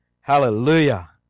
Hallelujah